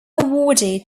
awarded